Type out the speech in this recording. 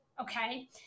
okay